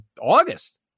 August